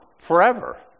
forever